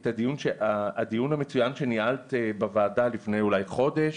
אני מזכיר לך את הדיון המצוין שניהלת בוועדה לפני אולי חודש,